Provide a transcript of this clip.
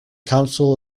council